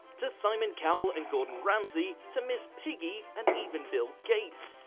to simon cowell and gordon ramsay, to miss piggy and even bill gates.